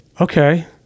Okay